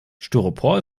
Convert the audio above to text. styropor